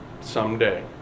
someday